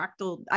fractal